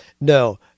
No